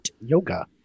yoga